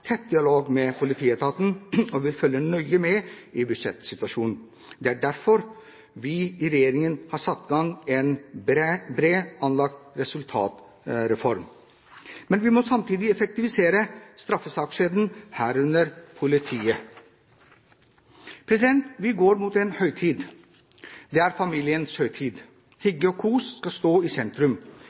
tett dialog med politietaten og vil følge nøye med i budsjettsituasjonen. Det er derfor vi i regjeringen har satt i gang en bredt anlagt resultatreform. Men vi må samtidig effektivisere straffesakskjeden, herunder politiet. Vi går mot en høytid. Det er familiens høytid. Hygge og kos skal stå i sentrum.